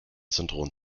syndrom